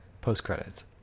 Post-credits